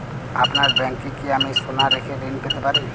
আপনার ব্যাংকে কি আমি সোনা রেখে ঋণ পেতে পারি?